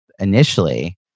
initially